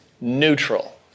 neutral